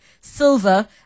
silver